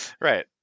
Right